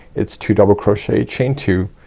it's two double crochet, chain two,